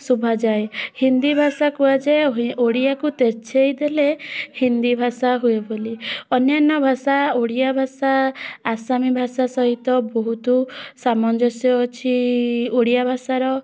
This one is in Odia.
ଶୁଭାଯାଏ ହିନ୍ଦୀ ଭାଷା କୁହାଯାଏ ଓଡ଼ିଆକୁ ତେର୍ଛେଇ ଦେଲେ ହିନ୍ଦୀ ଭାଷା ହୁଏ ବୋଲି ଅନ୍ୟାନ୍ୟ ଭାଷା ଓଡ଼ିଆ ଭାଷା ଆସାମୀ ଭାଷା ସହିତ ବହୁତ ସାମଞ୍ଜସ୍ୟ ଅଛି ଓଡ଼ିଆ ଭାଷାର